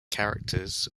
characters